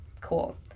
cool